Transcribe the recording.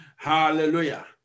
Hallelujah